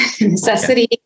necessity